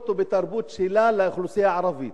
בספורט ובתרבות לאוכלוסייה הערבית.